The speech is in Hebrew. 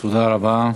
תודה רבה.